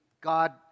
God